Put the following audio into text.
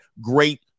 great